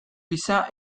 gisa